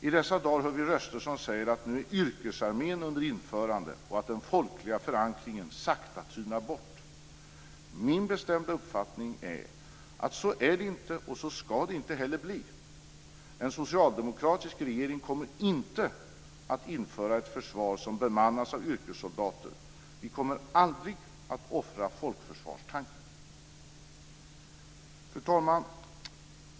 I dessa dagar hör vi röster som säger att yrkesarmén nu är under införande och att den folkliga förankringen sakta tynar bort. Min bestämda uppfattning är att det inte är så och inte heller kommer att bli så. En socialdemokratisk regering kommer inte att införa ett försvar som bemannas av yrkessoldater. Vi kommer aldrig att offra folkförsvarstanken. Fru talman!